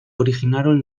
originaron